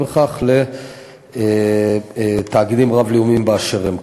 בכך לתאגידים רב-לאומיים באשר הם.